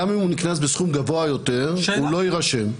אז גם אם הוא נקנס בסכום גבוה יותר הוא לא יירשם.